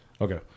Okay